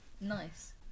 nice